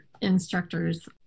instructors